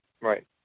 Right